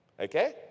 Okay